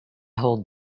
hold